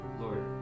Lord